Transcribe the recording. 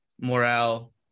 morale